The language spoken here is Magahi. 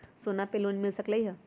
सोना से लोन मिल सकलई ह?